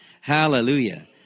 Hallelujah